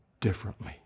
differently